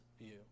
view